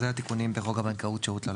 אלה התיקונים בחוק הבנקאות (שירות ללקוח)